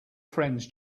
friends